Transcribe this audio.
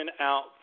out